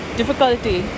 difficulty